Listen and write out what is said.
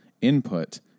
input